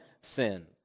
sin